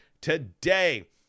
today